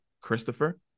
Christopher